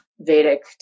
Vedic